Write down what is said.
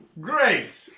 Great